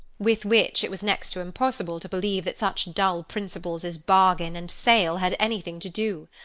with which it was next to impossible to believe that such dull principles as bargain and sale had anything to do.